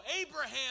Abraham